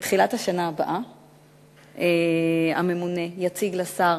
בתחילת השנה הבאה יציג הממונה לשר